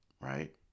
right